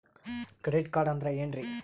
Credit card ಅಂದ್ರ ಏನ್ರೀ?